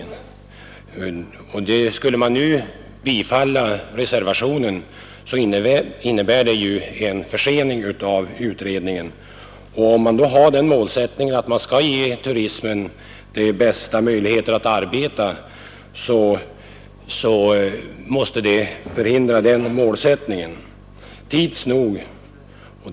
Ett bifall till reservationen skulle innebära att utredningen försenades. Om man har den målsättningen att man vill ge turismen så goda förutsättningar som möjligt att arbeta, skulle en sådan försening medföra att uppnåendet av målet ytterligare sköts på framtiden.